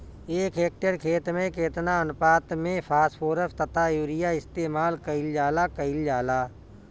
एक हेक्टयर खेत में केतना अनुपात में फासफोरस तथा यूरीया इस्तेमाल कईल जाला कईल जाला?